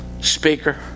speaker